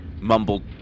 mumbled